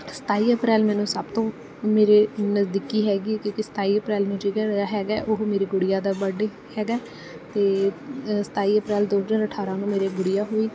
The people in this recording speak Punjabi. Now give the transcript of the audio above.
ਸਤਾਈ ਅਪ੍ਰੈਲ ਮੈਨੂੰ ਸਭ ਤੋਂ ਮੇਰੇ ਨਜ਼ਦੀਕ ਹੈਗੀ ਕਿਉਂਕਿ ਸਤਾਈ ਅਪ੍ਰੈਲ ਨੂੰ ਜਿਹੜਾ ਹੈਗਾ ਉਹ ਮੇਰੀ ਗੁੜੀਆ ਦਾ ਬਰਡੇ ਹੈਗਾ ਅਤੇ ਸਤਾਈ ਅਪ੍ਰੈਲ ਦੋ ਹਜ਼ਾਰ ਅਠਾਰਾਂ ਨੂੰ ਮੇਰੇ ਗੁੜੀਆ ਹੋਈ